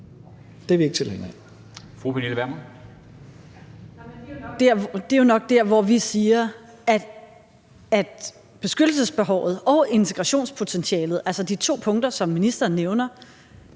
Pernille Vermund (NB): Det er jo nok der, hvor vi siger, at beskyttelsesbehovet og integrationspotentialet, altså de to punkter, som ministeren nævner,